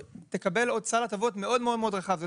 אחד הדברים שאני כן מסכים איתם